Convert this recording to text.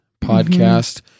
Podcast